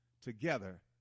together